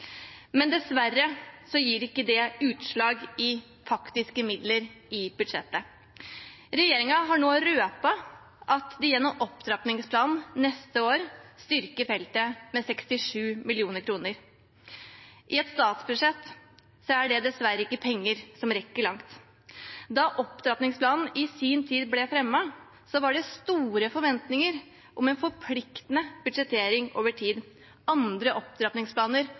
men dessverre gir ikke det seg utslag i faktiske midler i budsjettet. Regjeringen har nå røpet at de gjennom opptrappingsplanen neste år styrker feltet med 67 mill. kr. I et statsbudsjett er det dessverre ikke penger som rekker langt. Da opptrappingsplanen i sin tid ble fremmet, var det store forventninger om en forpliktende budsjettering over tid. Andre opptrappingsplaner